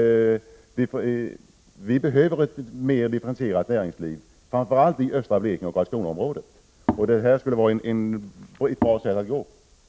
Vi behöver ett mera differentierat näringsliv, främst i östra Blekinge och i 10 november 1988 Karlskronaområdet. Vad jag här har anfört skulle vara ett bra sätt att åstadkomma resultat.